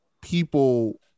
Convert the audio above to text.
people